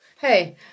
Hey